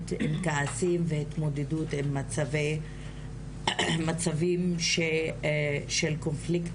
עם כעסים והתמודדות עם מצבים של קונפליקטים,